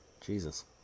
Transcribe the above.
Jesus